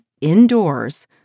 indoors